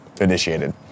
initiated